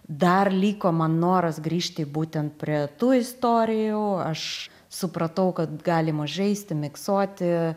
dar liko man noras grįžti būtent prie tų istorijų aš supratau kad galima žaisti miksuoti